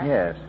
Yes